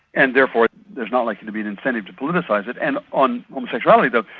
and therefore there's not likely to be an incentive to politicise it. and on homosexuality, though,